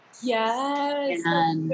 Yes